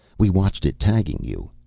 we watched it tagging you.